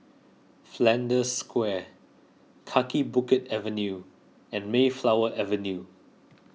Flanders Square Kaki Bukit Avenue and Mayflower Avenue